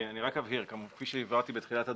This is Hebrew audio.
אני רק אבהיר, כפי שהבהרתי בתחילת הדברים.